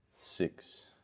six